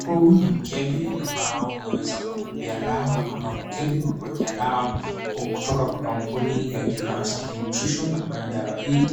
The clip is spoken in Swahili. Huu ni mkebe ambao umeweza kukubebea dawa ama mkebe wa kuwekea dawa kutoka kwa kampuni ya "Gymnastic Nutrition" ambayo dawa hii